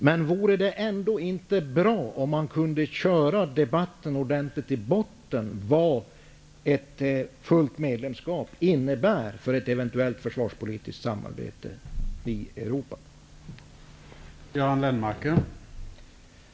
Men vore det ändå inte bra om man kunde köra debatten om vad ett fullt medlemskap innebär för ett eventuellt försvarspolitiskt samarbete i Europa ordentligt i botten?